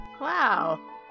wow